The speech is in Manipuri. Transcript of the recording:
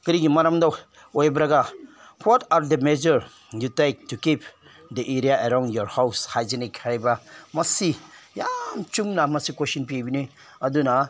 ꯀꯔꯤꯒꯤ ꯃꯔꯝꯗ ꯑꯣꯏꯔꯒ what are the measures you take you keep the area around your house hygienic ꯍꯥꯏꯕ ꯃꯁꯤ ꯌꯥꯝ ꯆꯨꯝꯅ ꯃꯁꯤ ꯀꯣꯏꯁꯟ ꯄꯤꯕꯅꯤ ꯑꯗꯨꯅ